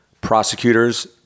prosecutors